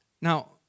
Now